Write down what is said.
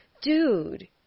dude